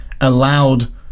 allowed